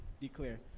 declare